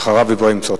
ואחריו, אברהים צרצור.